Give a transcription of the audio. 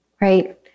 right